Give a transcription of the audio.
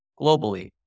globally